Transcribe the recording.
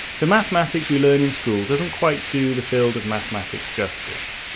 the mathematics we learn in school doesn't quite do the field of mathematics justice.